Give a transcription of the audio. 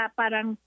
parang